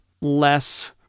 less